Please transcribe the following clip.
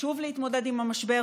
חשוב להתמודד עם המשבר,